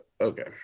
okay